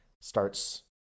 Starts